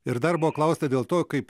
ir dar buvo klausta dėl to kaip